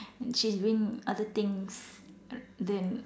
she's doing other things then